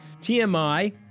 TMI